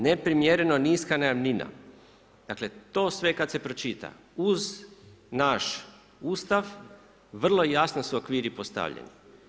Neprimjereno niska najamnina, dakle to sve kada se pročita uz naš Ustav vrlo jasno su okviri postavljeni.